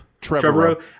Trevor